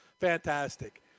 Fantastic